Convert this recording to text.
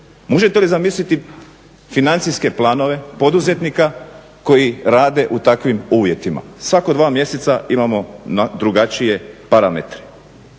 Možete li zamislite financijske planove poduzetnika koji rade u takvim uvjetima. Svako dva mjeseca imamo drugačije parametre.